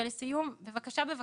לסיום, בבקשה, בבקשה,